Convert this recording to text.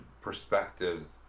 perspectives